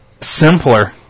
simpler